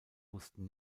wussten